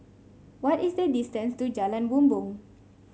what is the distance to Jalan Bumbong